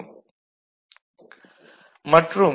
Fx1 x2 x3 xN x1' F1 x2 x3 xN